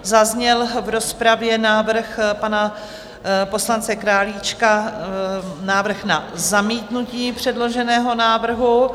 Zazněl v rozpravě návrh pana poslance Králíčka, návrh na zamítnutí předloženého návrhu.